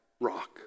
rock